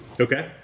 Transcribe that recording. Okay